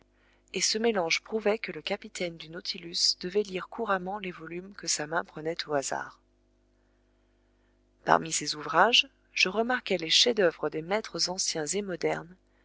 et ce mélange prouvait que le capitaine du nautilus devait lire couramment les volumes que sa main prenait au hasard parmi ces ouvrages je remarquai les chefs-d'oeuvre des maîtres anciens et modernes